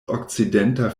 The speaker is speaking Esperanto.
okcidenta